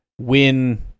win